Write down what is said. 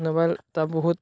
novel এটা বহুত